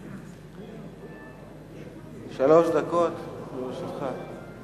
אדוני, שלוש דקות לרשותך.